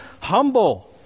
humble